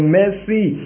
mercy